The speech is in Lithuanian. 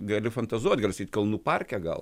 galiu fantazuot garsiai kalnų parke gal